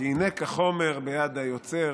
כי הינה כחומר ביד היוצר,